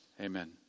Amen